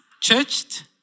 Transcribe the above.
Churched